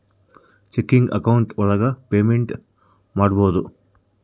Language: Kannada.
ಚೆಕಿಂಗ್ ಅಕೌಂಟ್ ಒಳಗ ಪೇಮೆಂಟ್ ಮಾಡ್ಬೋದು